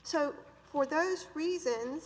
so for those reasons